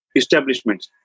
establishments